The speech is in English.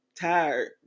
tired